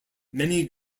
many